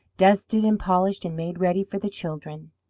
dusted and polished and made ready for the children.